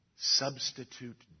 Substitute